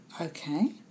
Okay